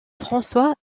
françois